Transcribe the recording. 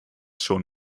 schon